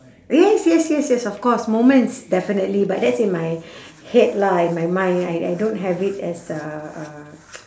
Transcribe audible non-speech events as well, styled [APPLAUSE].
yes yes yes yes of course moments definitely but that's in my head lah in my mind I I don't have it as a a [NOISE]